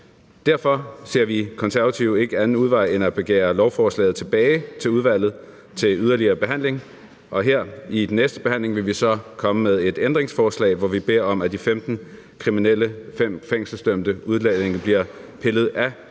Derfor ser vi Konservative ikke anden udvej end at begære lovforslaget tilbage i udvalget til yderligere behandling, og her i den næste behandling vil vi så komme med et ændringsforslag, hvor vi beder om, at de 15 kriminelle fængselsdømte udlændinge bliver pillet af lovforslaget.